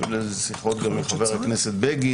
היו לי על זה שיחות גם עם חבר הכנסת בגין.